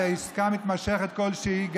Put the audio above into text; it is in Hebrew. בעסקה מתמשכת כלשהי,